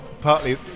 partly